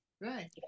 Right